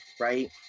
Right